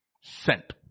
sent